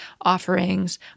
offerings